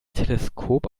teleskop